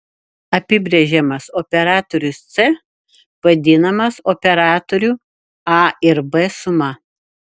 apibrėžiamas operatorius c vadinamas operatorių a ir b suma